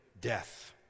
Death